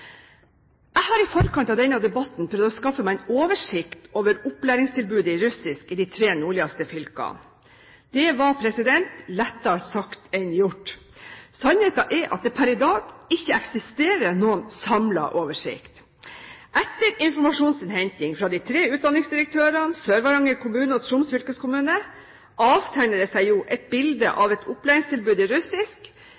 Jeg har i forkant av denne debatten prøvd å skaffe meg en oversikt over opplæringstilbudet i russisk i de tre nordligste fylkene. Det var lettere sagt enn gjort. Sannheten er at det per i dag ikke eksisterer noen samlet oversikt. Etter informasjonsinnhenting fra de tre utdanningsdirektørene, Sør-Varanger kommune og Troms fylkeskommune avtegner det seg et bilde